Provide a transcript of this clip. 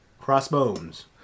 Crossbones